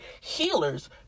healers